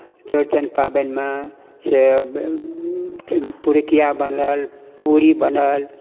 चौड़चन पाबनिमे से पुड़ुकिया बनल पूरी बनल